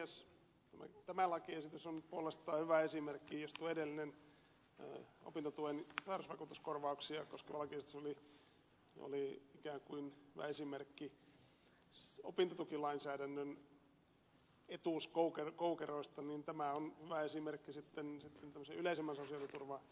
jos tämä tämä lakiesitys on puolestaan hyvä tuo edellinen opintotuen sairausvakuutuskorvauksia koskeva lakiesitys oli ikään kuin hyvä esimerkki opintotukilainsäädännön etuuskoukeroista tämä on puolestaan hyvä esimerkki sitten tämmöisen yleisemmän sosiaaliturvan osalta